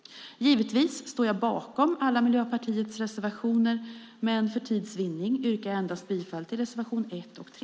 Givetvis står jag bakom alla Miljöpartiets reservationer, men för tids vinnande yrkar jag bifall endast till reservation 1 och 3.